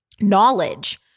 knowledge